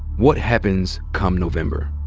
what happens come november?